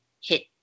hit